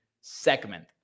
segment